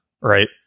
right